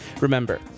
Remember